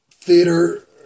theater